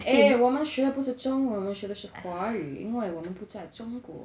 eh 我们学的不是中文我们学的是华语因为我们不再中国